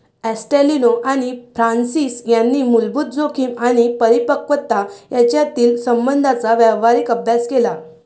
ॲस्टेलिनो आणि फ्रान्सिस यांनी मूलभूत जोखीम आणि परिपक्वता यांच्यातील संबंधांचा व्यावहारिक अभ्यास केला